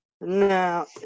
now